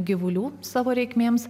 gyvulių savo reikmėms